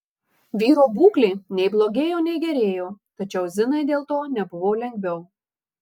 vyro būklė nei blogėjo nei gerėjo tačiau zinai dėl to nebuvo lengviau